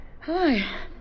Hi